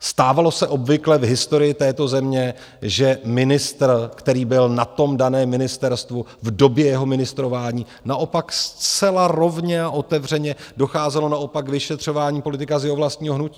se stávalo obvykle v historii této země, že ministr, který byl na daném ministerstvu, v době jeho ministrování naopak zcela rovně a otevřeně docházelo k vyšetřování politika z jeho vlastního hnutí.